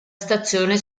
stazione